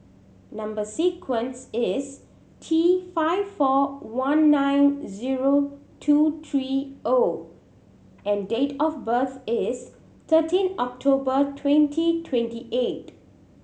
number sequence is T five four one nine zero two three O and date of birth is thirteen October twenty twenty eight